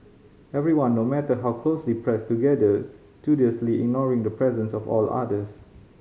everyone no matter how closely pressed together studiously ignoring the presence of all others